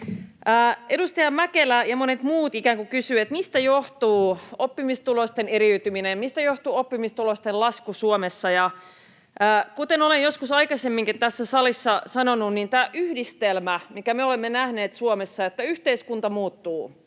Edustaja Mäkelä ja monet muut ikään kuin kysyivät, mistä johtuu oppimistulosten eriytyminen, mistä johtuu oppimistulosten lasku Suomessa. Kuten olen joskus aikaisemminkin tässä salissa sanonut, niin kyse on tästä yhdistelmästä, minkä me olemme nähneet Suomessa, että yhteiskunta muuttuu.